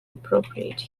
appropriate